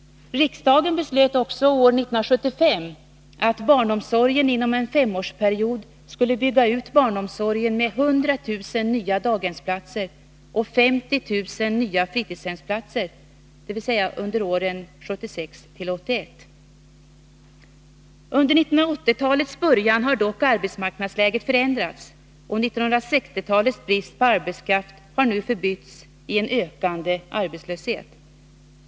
Riksdagen beslöt också år 1975 att barnomsorgen inom en 5-årsperiod skulle bygga ut barnomsorgen med 100 000 nya daghemsplatser och 50 000 nya fritidshemsplatser dvs. under åren 1976-1981. Under 1980-talets början har dock arbetsmarknadsläget förändrats och 1960-talets brist på arbetskraft har nu förbytts i en ökande arbetslöshet.